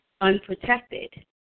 unprotected